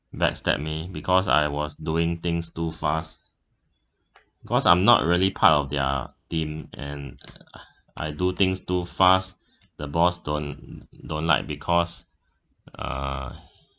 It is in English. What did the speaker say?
backstab me because I was doing things too fast cause I'm not really part of their team and uh I do things too fast the boss don't don't like because uh